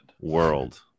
World